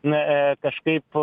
na a kažkaip